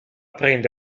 prende